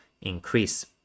increase